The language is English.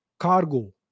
cargo